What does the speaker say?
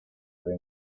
haber